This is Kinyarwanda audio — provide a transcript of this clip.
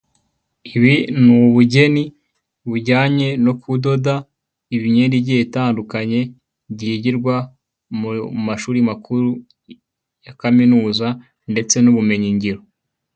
Ibi ni ubugeni bujyanye no kudoda imyenda igiye itandukanye, byigirwa mu mashuri makuru ya Kaminuza ndete n'ubumenyingiro.